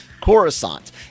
Coruscant